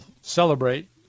celebrate